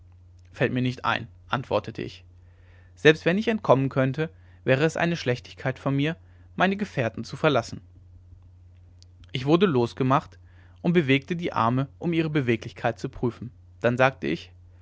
fällt mir nicht ein antwortete ich selbst wenn ich entkommen könnte wäre es eine schlechtigkeit von mir meine gefährten zu verlassen ich wurde losgemacht und bewegte die arme um ihre beweglichkeit zu prüfen dann sagte ich